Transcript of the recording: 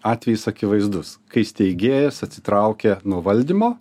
atvejis akivaizdus kai steigėjas atsitraukia nuo valdymo